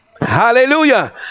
hallelujah